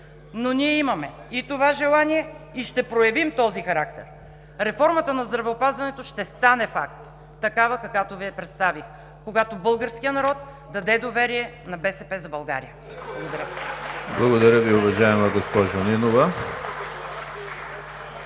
но ние имаме – и това желание, и ще проявим този характер! Реформата на здравеопазването ще стане факт, такава каквато Ви я представих, когато българският народ даде доверие на „БСП за България“. (Шум и реплики.